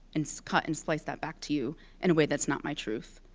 and cut and slice that back to you in a way that's not my truth.